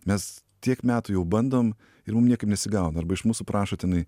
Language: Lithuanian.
mes tiek metų jau bandom ir mum niekaip nesigauna arba iš mūsų prašo tenai